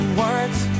words